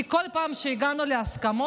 כי כל פעם שהגענו להסכמות